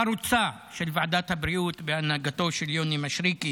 החרוצה של ועדת הבריאות בהנהגתו של יוני מישרקי